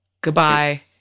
Goodbye